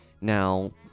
Now